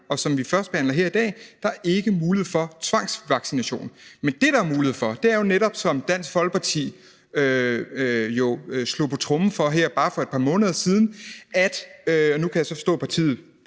og som vi førstebehandler her i dag; der er ikke mulighed for tvangsvaccination. Men det, der er mulighed for, er jo netop, som Dansk Folkeparti slog på tromme for her for bare et par måneder siden – og nu kan jeg så forstå, at partiet